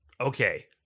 Okay